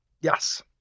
Yes